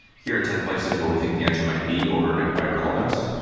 here are ten places where we think the answer might be, ordering it by relevance.